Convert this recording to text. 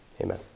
Amen